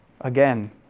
again